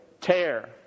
Tear